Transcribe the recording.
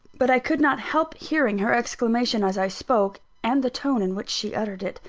but i could not help hearing her exclamation as i spoke, and the tone in which she uttered it.